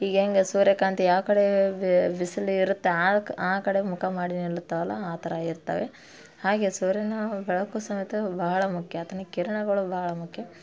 ಈಗ ಹೆಂಗೆ ಸೂರ್ಯಕಾಂತಿ ಯಾವ ಕಡೆ ಬಿಸ್ಲು ಇರುತ್ತೆ ಆ ಕ ಆ ಕಡೆ ಮುಖ ಮಾಡಿ ನಿಲ್ಲುತ್ತವಲ್ಲ ಆ ಥರ ಇರ್ತವೆ ಹಾಗೆ ಸೂರ್ಯನ ಬೆಳಕು ಸಮೇತ ಬಹಳ ಮುಖ್ಯ ಆತನ ಕಿರಣಗಳು ಬಹಳ ಮುಖ್ಯ